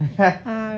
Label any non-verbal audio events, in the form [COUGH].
[LAUGHS]